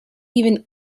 even